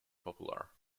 popular